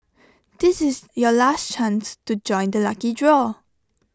this is your last chance to join the lucky draw